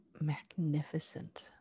magnificent